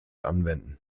anwenden